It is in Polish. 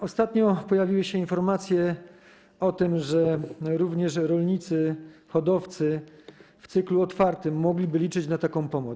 Ostatnio pojawiły się informacje o tym, że również rolnicy, hodowcy w cyklu otwartym mogliby liczyć na taką pomoc.